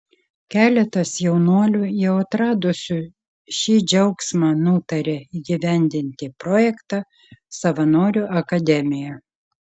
keletas jaunuolių jau atradusių šį džiaugsmą nutarė įgyvendinti projektą savanorių akademija